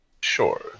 Sure